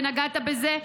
ונגעת בזה.